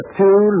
two